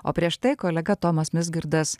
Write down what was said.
o prieš tai kolega tomas misgirdas